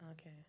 Okay